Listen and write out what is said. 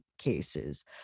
cases